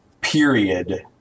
period